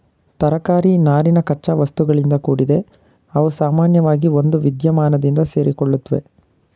ತರಕಾರಿ ನಾರಿನ ಕಚ್ಚಾವಸ್ತುಗಳಿಂದ ಕೂಡಿದೆ ಅವುಸಾಮಾನ್ಯವಾಗಿ ಒಂದುವಿದ್ಯಮಾನದಿಂದ ಸೇರಿಕೊಳ್ಳುತ್ವೆ